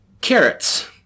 Carrots